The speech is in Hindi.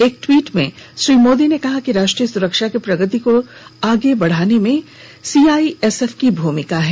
एक ट्वीट में श्री मोदी ने कहा कि राष्ट्रीय सुरक्षा और प्रगति को आगे बढाने में सीआईएसएफ की भूमिका है